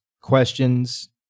questions